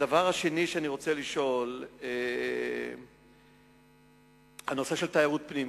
הדבר השני שאני רוצה לשאול הוא בנושא של תיירות פנים.